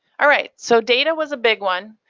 alright so data was a big one.